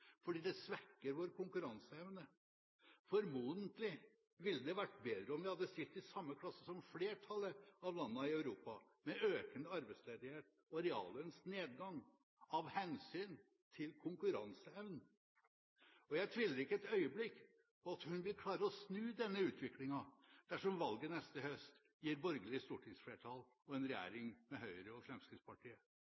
fordi det svekker vår konkuranseevne. Formodentlig ville det ha vært bedre om vi hadde stilt i samme klasse som flertallet av landene i Europa, med økende arbeidsledighet og reallønnsnedgang, av hensyn til konkurranseevnen. Jeg tviler ikke et øyeblikk på at hun vil klare å snu denne utviklingen dersom valget neste høst gir borgerlig stortingsflertall og en